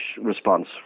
response